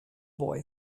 boy